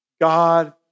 God